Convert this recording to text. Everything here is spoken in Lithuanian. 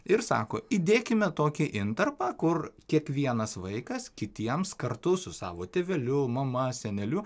ir sako įdėkime tokį intarpą kur kiekvienas vaikas kitiems kartu su savo tėveliu mama seneliu